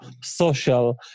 social